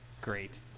Great